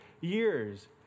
years